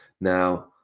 Now